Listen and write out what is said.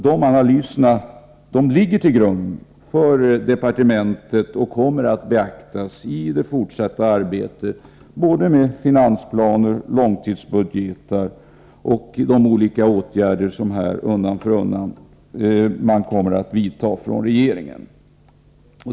Dessa analyser kommer att beaktas i departementets fortsatta arbete med finansplaner och långtidsbudgetar. Regeringen kommer också att undan för undan vidta olika åtgärder.